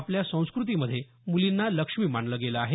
आपल्या संस्कृतीमध्ये मुलींना लक्ष्मी मानलं गेलं आहे